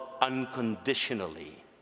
unconditionally